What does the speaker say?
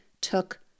took